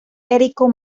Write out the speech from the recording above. enrico